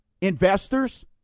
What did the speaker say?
investors